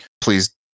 Please